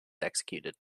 executed